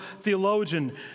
theologian